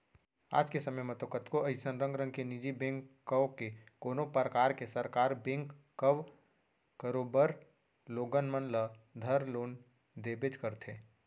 आज के समे म तो कतको अइसन रंग रंग के निजी बेंक कव के कोनों परकार के सरकार बेंक कव करोबर लोगन मन ल धर लोन देबेच करथे